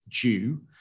due